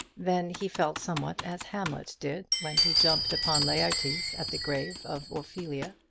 then he felt somewhat as hamlet did when he jumped upon laertes at the grave of ophelia.